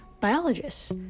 Biologists